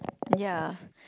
ya